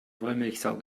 wollmilchsau